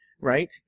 right